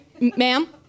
Ma'am